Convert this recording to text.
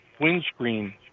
windscreen